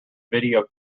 video